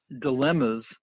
dilemmas